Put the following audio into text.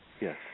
Yes